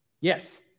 Yes